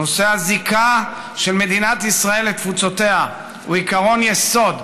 נושא הזיקה של מדינת ישראל לתפוצותיה הוא עקרון יסוד,